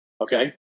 okay